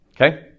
Okay